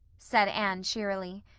said anne cheerily.